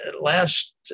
Last